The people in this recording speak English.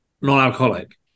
non-alcoholic